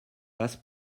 passe